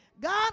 God